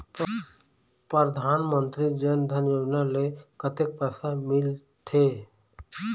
परधानमंतरी जन धन योजना ले कतक पैसा मिल थे?